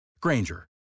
Granger